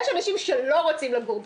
יש אנשים שלא רוצים לגור פה,